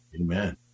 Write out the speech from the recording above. Amen